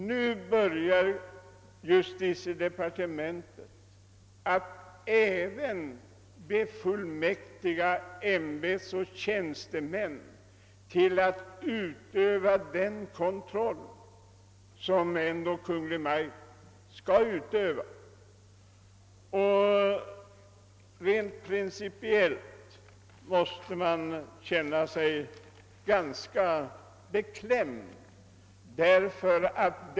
Nu börjar justitiedepartementet även befullmäktiga ämbetsoch tjänstemän att utöva den kontroll som ändock Kungl. Maj:t skall utöva. Rent principiellt måste man känna sig ganska beklämd av detta.